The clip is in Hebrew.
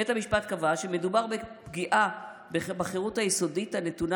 בית המשפט קבע שמדובר בפגיעה בחירות היסודית הנתונה